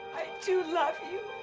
do love you,